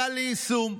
קל ליישום.